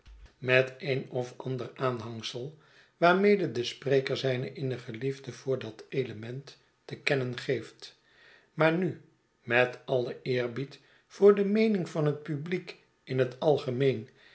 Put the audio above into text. met een of ander aanhangsel waarmede de spreker zijne innige liefde voor dat element te kennen geeft maar nu met alien eerbied voor de meening van het publiek in het algemeen